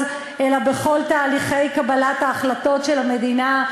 אלא בכל תהליכי קבלת ההחלטות של המדינה.